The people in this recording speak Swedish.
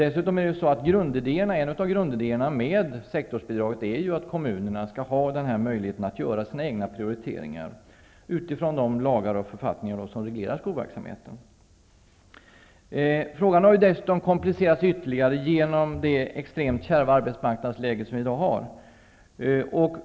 Dessutom är en av grundidéerna med sektorsbidraget att kommunerna skall ha möjlighet att göra sina egna prioriteringar utifrån de lagar och författningar som reglerar skolverksamheten. Frågan har komplicerats ytterligare genom det enormt kärva arbetsmarknadsläget.